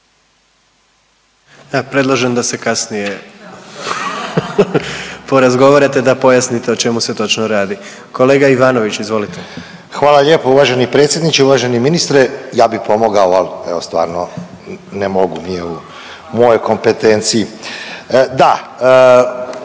Ja predlažem da se kasnije porazgovarate, da pojasnite o čemu se točno radi. Kolega Ivanović izvolite. **Ivanović, Goran (HDZ)** Hvala lijepo uvaženi predsjedniče. Uvaženi ministre, ja bi pomogao, al evo stvarno ne mogu, nije u mojoj kompetenciji. Da,